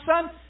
son